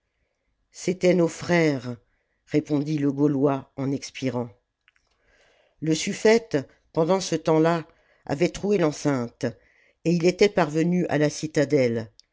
c'étaient nos frères répondit le gaulois en expirant le suffète pendant ce temps-là avait troué l'enceinte et il était parvenu à la citadelle